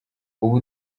ubu